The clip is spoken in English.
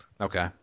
Okay